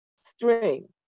string